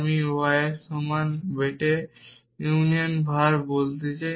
আমি y এর সমান বেটে ইউনিয়ন var বলতে চাই